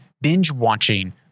binge-watching